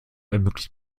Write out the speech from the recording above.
ermöglicht